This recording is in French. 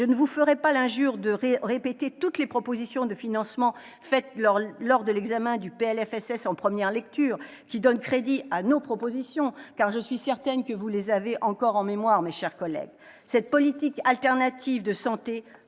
Je ne vous ferai pas l'injure de répéter toutes les propositions de financement que nous avons formulées en première lecture et qui donnent crédit à nos propositions, car je suis certaine que vous les avez encore en mémoire. Cette politique alternative de santé